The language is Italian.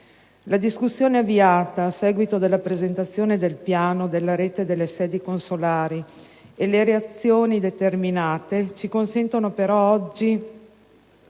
La discussione avviata a seguito della presentazione del piano della rete delle sedi consolari e le reazioni determinate ci consentono però oggi